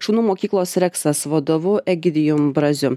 šunų mokyklos reksas vadovu egidijum braziu